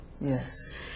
Yes